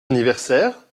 anniversaire